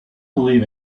believe